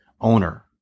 owner